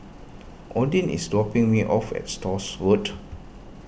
Odin is dropping me off at Stores Road